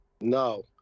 No